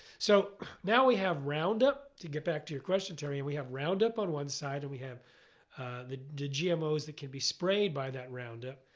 so now we have roundup. to get back to your question, teriann, we have roundup on one side and we have the gmos that can be sprayed by that roundup,